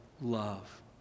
love